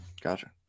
gotcha